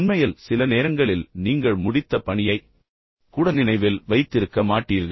உண்மையில் சில நேரங்களில் நீங்கள் முடித்த பணியை கூட நினைவில் வைத்திருக்க மாட்டீர்கள்